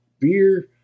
beer